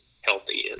healthy